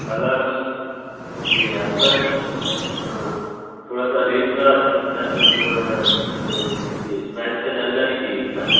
colours ये है आप के पास थोड़ा सा रेट का ये प्राइस की जानकारी चाहिए था